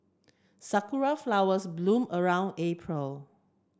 sakura flowers bloom around April